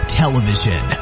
television